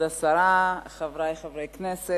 מאה אחוז.